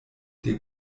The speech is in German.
der